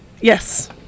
Yes